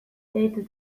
deitu